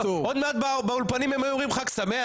עוד מעט באולפנים הם היו אומרים חג שמח,